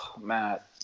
Matt